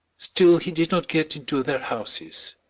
still he did not get into their houses.